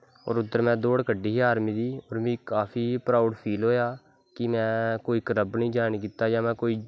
और उध्दर में दौड़ कड्डी ही आर्मी दी और मिगी काफी प्राउड़ फील होया कि में कोई कल्ब नी ज्बाईन कीता जां